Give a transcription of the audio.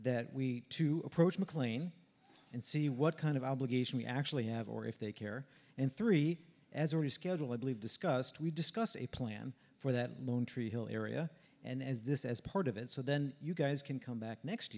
that we to approach mclean and see what kind of obligation we actually have or if they care and three as already schedule i believe discussed we discuss a plan for that lone tree hill area and this as part of it so then you guys can come back next